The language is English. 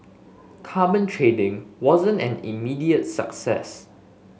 carbon trading wasn't an immediate success